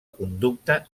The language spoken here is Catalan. conducta